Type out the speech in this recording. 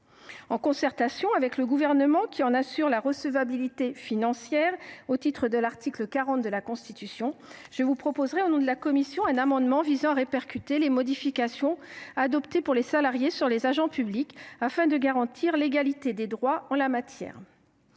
En concertation avec le Gouvernement, qui en assure la recevabilité financière au titre de l’article 40 de la Constitution, je vous proposerai, au nom de la commission, un amendement visant à répercuter les modifications adoptées pour les salariés sur les agents publics, afin de garantir l’égalité des droits en la matière.